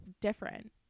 different